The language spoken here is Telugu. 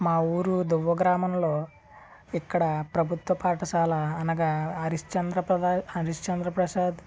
మా ఊరు దువ్వ గ్రామంలో ఇక్కడ ప్రభుత్వ పాఠశాల అనగా హరిశ్చంద్ర ప్రభ హరిశ్చంద్ర ప్రసాద్